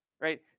right